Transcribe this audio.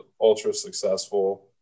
ultra-successful